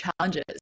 challenges